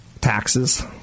taxes